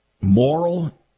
moral